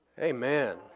Amen